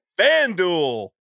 FanDuel